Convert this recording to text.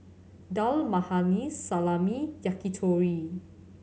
Dal Makhani Salami Yakitori